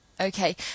okay